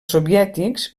soviètics